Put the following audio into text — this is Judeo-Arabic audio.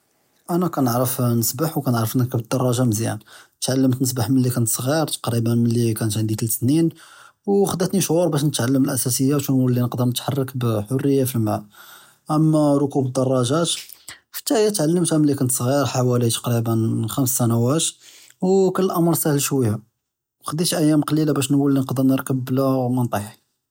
אנה כנעראפ נסבח וכנעראפ נרכב א لدראג'ה מזיאן, תעלמת נסבח מן לי כנת צע'יר תקראיבן מן לי כאן עינדי תלת סנין וכ'דאתני שחור באש נתעלם אלאסאסיאת ונוולי נקדר נתחרכ בחריה פי אלמא, אמא רכוב אלדראג'את תעלמתה מן לי כנת צע'יר חוואלי חמס סנואת וכאן امر סהול שוי כ'דית איאם קלילה באש נוולי נרכב בלא מא נטיח.